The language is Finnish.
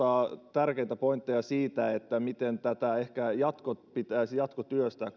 tärkeitä pointteja siitä miten tätä koko asiaa ehkä pitäisi jatkotyöstää